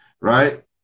right